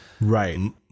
Right